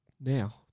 now